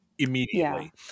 immediately